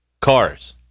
Cars